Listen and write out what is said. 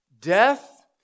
Death